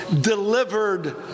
delivered